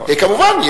כמובן,